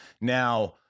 Now